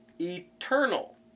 eternal